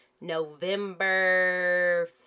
november